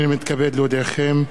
הנני מתכבד להודיעכם,